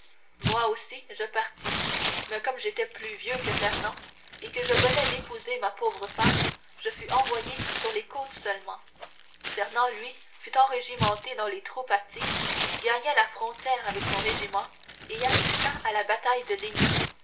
moi aussi je partis mais comme j'étais plus vieux que fernand et que je venais d'épouser ma pauvre femme je fus envoyé sur les côtes seulement fernand lui fut enrégimenté dans les troupes actives gagna la frontière avec son régiment et assista à la bataille de